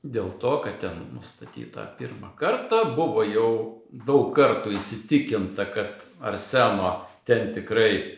dėl to kad ten nustatyta pirmą kartą buvo jau daug kartų įsitikinta kad arseno ten tikrai